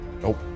Nope